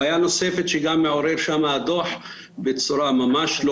הבעיה הנוספת שגם מעורר שם הדו"ח בצורה ממש לא